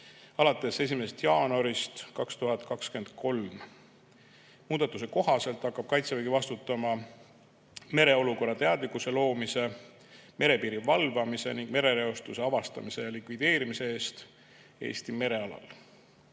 alates 1. jaanuarist 2023. Muudatuse kohaselt hakkab Kaitsevägi vastutama mereolukorrateadlikkuse loomise, merepiiri valvamise ning merereostuse avastamise ja likvideerimise eest Eesti merealal.